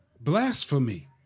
Blasphemy